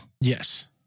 Yes